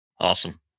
Awesome